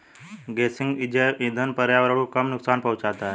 गेसिंग जैव इंधन पर्यावरण को कम नुकसान पहुंचाता है